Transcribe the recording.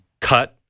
cut